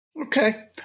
Okay